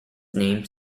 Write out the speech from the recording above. name